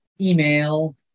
email